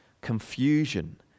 confusion